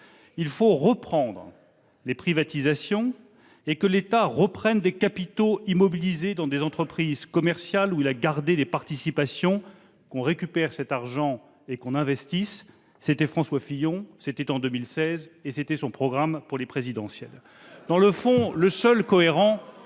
Il faut reprendre les privatisations et que l'État reprenne des capitaux immobilisés dans des entreprises commerciales où il a gardé des participations, qu'on récupère cet argent et qu'on investisse ». C'était François Fillon, c'était en 2016, et c'était son programme pour la présidentielle. Et ça s'est mal terminé